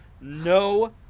No